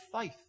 faith